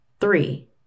Three